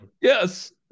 Yes